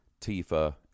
Tifa